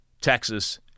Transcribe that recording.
Texas